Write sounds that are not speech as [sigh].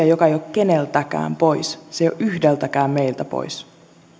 [unintelligible] joka ei ole keneltäkään pois se ei ole yhdeltäkään meistä pois